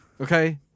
Okay